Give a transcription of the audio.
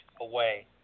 away